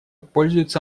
пользуются